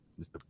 mr